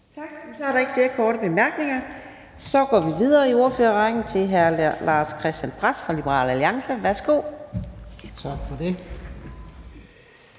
Tak. Så er der ikke flere korte bemærkninger, og vi går videre i ordførerrækken til hr. Lars-Christian Brask fra Liberal Alliance. Værsgo. Kl.